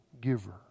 giver